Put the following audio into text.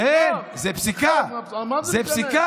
אין, זאת פסיקה, זאת פסיקה.